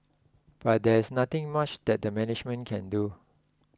but there is nothing much that the management can do